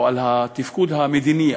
או על התפקוד המדיני,